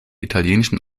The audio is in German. italienischen